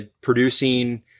producing